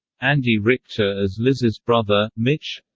andy richter as liz's brother, mitch